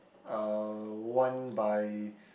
uh one by